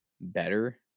better